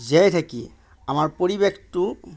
জীয়াই থাকি আমাৰ পৰিৱেশটো